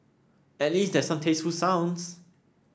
at least there's some tasteful sounds